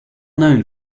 known